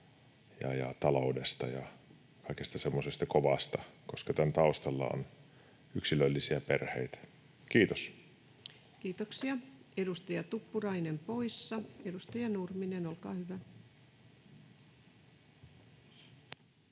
ja taloudesta ja kaikesta semmoisesta kovasta, koska tämän taustalla on yksilöllisiä perheitä. — Kiitos. Kiitoksia. — Edustaja Tuppurainen poissa. — Edustaja Nurminen, olkaa hyvä.